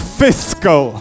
fiscal